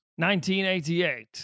1988